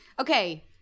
Okay